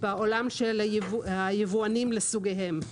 בעולם של היבואנים לסוגיהם.